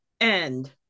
end